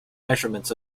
measurements